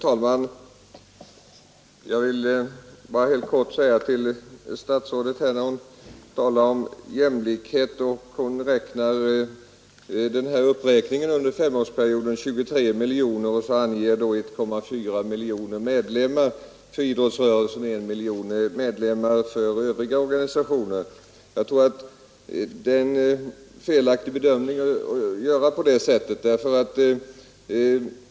Herr talman! Statsrådet Odhnoff talade om jämlikhet och nämnde den här uppräkningen under en femårsperiod med 23 miljoner kronor till idrottsrörelsen och 3 miljoner kronor till övriga ungdomsorganisationer, samtidigt som hon uppgav att idrottsrörelsen hade 1,4 miljoner medlemmar och övriga ungdomsorganisationer 1 miljon medlemmar. Jag tror att detta är felaktigt att bedöma frågan på det sättet.